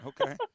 Okay